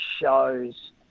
shows